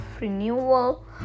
renewal